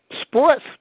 Sports